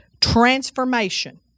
transformation